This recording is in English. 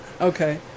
okay